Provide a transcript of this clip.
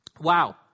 Wow